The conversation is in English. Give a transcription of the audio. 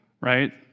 Right